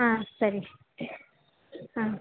ಹಾಂ ಸರಿ ಹ್ಞೂ